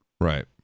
Right